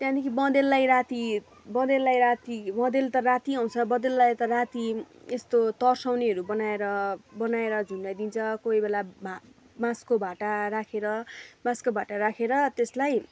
त्यहाँदेखि बँदेललाई राति बँदेललाई राति बँदेल त राति आउँछ बँदेललाई त राति यस्तो तर्साउनेहरू बनाएर बनाएर झुन्ड्याइदिन्छ कोही बेला बा बाँसको भाटा राखेर बाँसको भाटा राखेर त्यसलाई